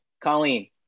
colleen